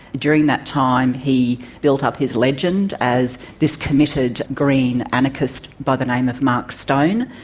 during that time he built up his legend as this committed green anarchist by the name of mark stone,